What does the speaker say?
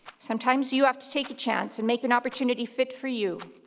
sometimes you have to take a chance and make an opportunity fit for you.